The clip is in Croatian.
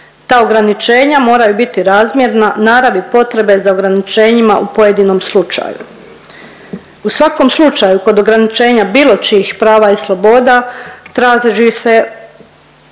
ta ograničenja moraju biti razmjerna naravi potrebe za ograničenjima u pojedinom slučaju. U svakom slučaju kod ograničenja bilo čijih prava i sloboda traži se,